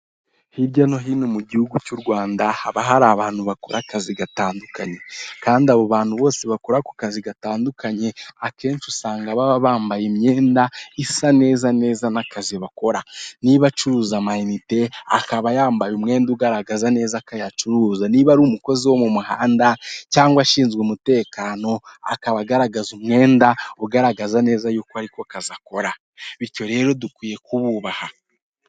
Hirya no hino mu gihugu cy'u Rwanda haba hari abantu bakora akazi gatandukanye kandi abo bantu bose bakora ku kazi gatandukanye akenshi usanga baba bambaye imyenda isa neza neza n'akazi bakora niba acuruza amanite akaba yambaye umwenda ugaragaza neza ko ayacuruza ,niba ari umukozi wo mu muhanda cyangwa ashinzwe umutekano akaba agaragaza umwenda ugaragaza neza yuko ariko kazi akora bityo rero dukwiye kububaha.